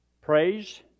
praise